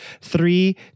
three